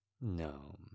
No